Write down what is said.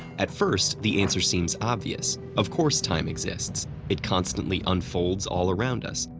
at first the answer seems obvious of course time exists it constantly unfolds all around us,